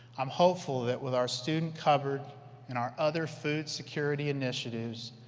i'm hopeful that with our student cupboard and our other food security initiatives,